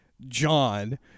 John